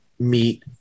Meet